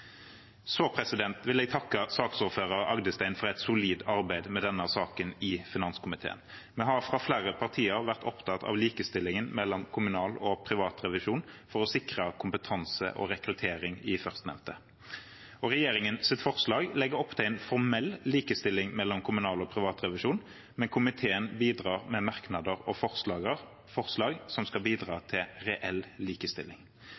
Så vil jeg takke saksordfører Rodum Agdestein for et solid arbeid med denne saken i finanskomiteen. Vi har fra flere partier vært opptatt av likestilling mellom kommunal og privat revisjon for å sikre kompetanse og rekruttering i førstnevnte. Regjeringens forslag legger opp til en formell likestilling mellom kommunal og privat revisjon, men komiteen bidrar med merknader og forslag som skal bidra til reell likestilling.